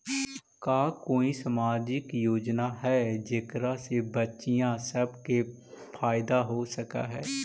का कोई सामाजिक योजना हई जेकरा से बच्चियाँ सब के फायदा हो सक हई?